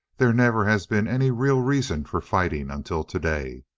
there never has been any real reason for fighting until today.